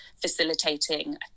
facilitating